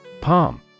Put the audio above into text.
Palm